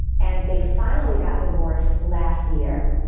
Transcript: and they finally got divorced last year